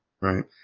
right